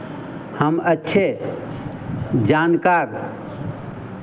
हम अच्छे जानकार